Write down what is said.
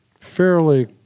Fairly